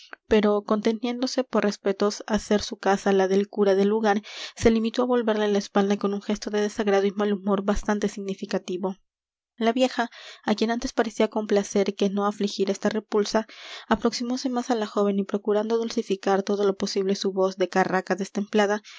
pero conteniéndose por respetos á ser su casa la del cura del lugar se limitó á volverle la espalda con un gesto de desagrado y mal humor bastante significativo la vieja á quien antes parecía complacer que no afligir esta repulsa aproximóse más á la joven y procurando dulcificar todo lo posible su voz de carraca destemplada